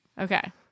Okay